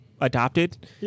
adopted